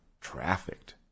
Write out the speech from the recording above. trafficked